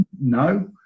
No